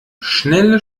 schnelle